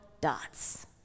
dots